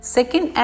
Second